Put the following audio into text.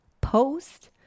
Post